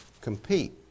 compete